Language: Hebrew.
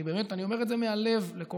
נכון.